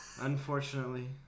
Unfortunately